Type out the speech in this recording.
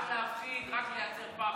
רק להפחיד, רק לייצר פחד,